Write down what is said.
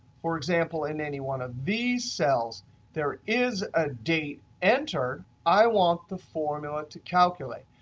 for example, in any one of these cells there is ah date entered i want the formula to calculate.